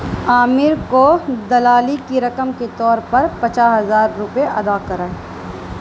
عامر کو دلالی کی رقم کے طور پر پچاس ہزار روپے ادا کرا